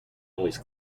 always